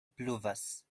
pluvas